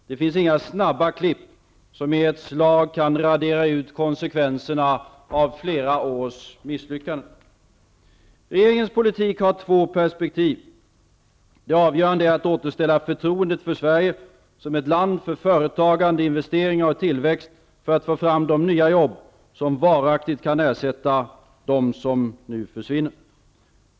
Det finns inga snabba klipp som i ett slag kan radera ut konsekvenserna av flera års misslyckanden. Regeringens politik har två perspektiv. Det avgörande är att återställa förtroendet för Sverige som ett land för företagande, investeringar och tillväxt för att få fram de nya jobb som varaktigt kan ersätta dem som nu försvinner.